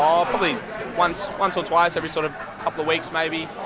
probably once once or twice, every sort of couple of weeks maybe.